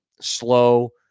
slow